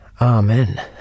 Amen